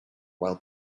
while